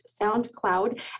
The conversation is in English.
SoundCloud